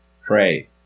pray